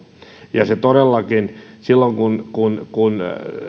todellakin silloin kun kun